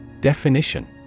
Definition